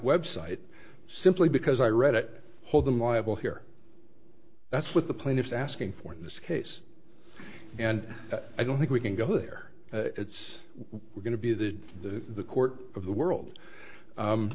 website simply because i read it hold them liable here that's what the plaintiffs asking for in this case and i don't think we can go there it's we're going to be the court of the world